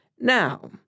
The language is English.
Now